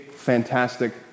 Fantastic